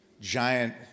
giant